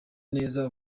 neza